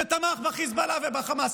שתמך בחיזבאללה ובחמאס,